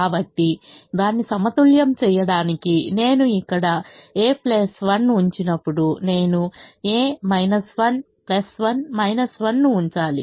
కాబట్టి దాన్ని సమతుల్యం చేయడానికి నేను ఇక్కడ a1 ఉంచినప్పుడు నేను a 1 1 1 ను ఉంచాలి